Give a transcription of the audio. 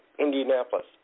Indianapolis